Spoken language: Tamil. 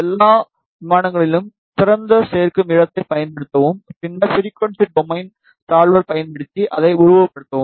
எல்லா விமானங்களிலும் திறந்த சேர்க்கும் இடத்தைப் பயன்படுத்தவும் பின்னர் ஃபிரிகுவன்ஸி டொமைன் சால்வர் பயன்படுத்தி அதை உருவகப்படுத்தவும்